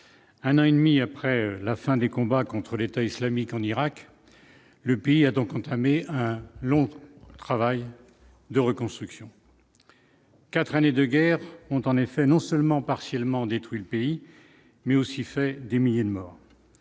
un une mi-après la fin des combats contre l'État islamique en Irak, le pays a donc entamé un long travail de reconstruction, 4 années de guerre ont en effet non seulement partiellement détruit le pays mais aussi fait des milliers de morts,